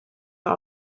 her